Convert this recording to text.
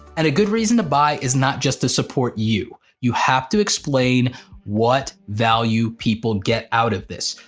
and a good reason to buy is not just to support you, you have to explain what value people get out of this,